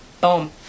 Boom